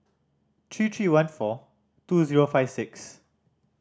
three three one four two zero five six